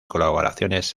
colaboraciones